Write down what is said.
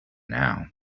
now